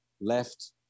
left